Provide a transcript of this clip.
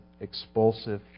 expulsive